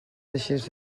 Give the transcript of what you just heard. deixés